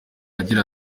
agira